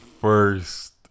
first